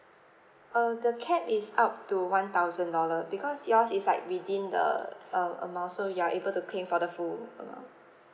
uh the cap is up to one thousand dollar because yours is like within the um amount so you are able to claim for the full amount